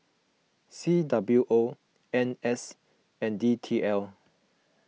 C W O N S and D T L